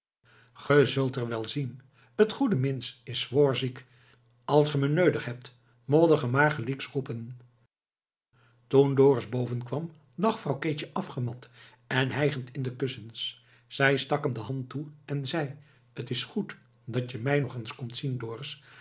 wel zien t goeie mins is zwoar ziek as ge me neudig hebt môt de moar gelieks roepen toen dorus boven kwam lag vrouw keetje afgemat en hijgend in de kussens zij stak hem de hand toe en zei t is goed dat je mij nog eens komt zien